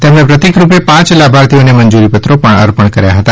તેમણે પ્રતિક રૂપે પાંચ લાભાર્થીઓને મંજૂરી પત્રો પણ અર્પણ કર્યા હતા